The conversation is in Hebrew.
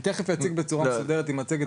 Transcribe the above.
אני תיכף אציג בצורה מסודרת באמצעות מצגת